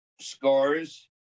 scores